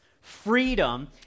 freedom